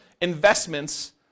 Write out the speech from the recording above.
investments